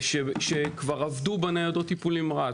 שכבר עבדו בניידות טיפול נמרץ,